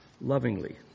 lovingly